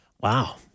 Wow